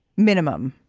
minimum?